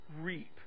Reap